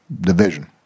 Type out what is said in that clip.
division